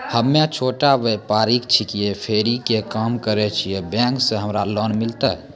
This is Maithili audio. हम्मे छोटा व्यपारी छिकौं, फेरी के काम करे छियै, बैंक से हमरा लोन मिलतै?